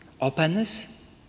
Openness